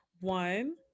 one